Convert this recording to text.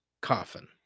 coffin